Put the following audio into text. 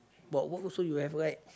but what also you have right